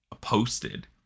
posted